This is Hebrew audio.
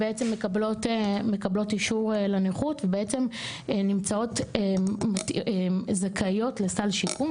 הן בעצם מקבלות אישור לנכות ובעצם נמצאות זכאיות לסל שיקום,